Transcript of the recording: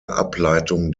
ableitung